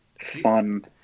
fun